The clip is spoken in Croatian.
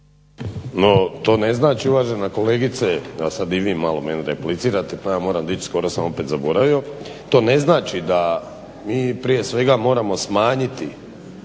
To ne znači da mi prije svega moramo smanjiti